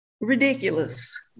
ridiculous